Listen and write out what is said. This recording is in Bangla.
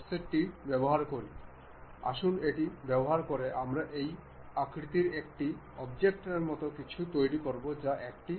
এই প্লেনটি এই স্লটে রয়েছে তা নিশ্চিত করার জন্য আমাদের আরও কিছু সম্পর্ক তৈরি করতে হবে